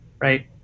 right